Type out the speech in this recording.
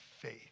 faith